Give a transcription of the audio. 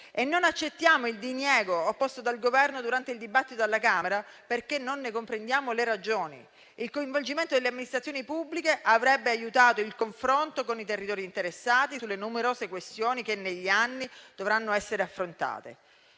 e non accettiamo il diniego opposto del Governo durante il dibattito dalla Camera perché non ne comprendiamo le ragioni. Il coinvolgimento delle amministrazioni pubbliche avrebbe aiutato il confronto con i territori interessati sulle numerose questioni che negli anni dovranno essere affrontate.